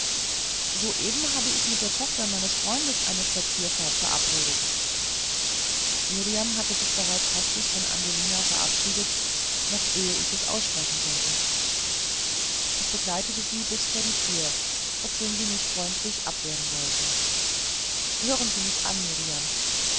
soeben habe ich mit der tochter meines freundes eine spazierfahrt verabredet mirjam hatte sich bereits hastig von angelina verabschiedet noch ehe ich aussprechen konnte ich begleitete sie bis vor die tür obschon sie mich freundlich abwehren wollte hören sie mich an